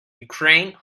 ukraine